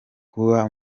kuba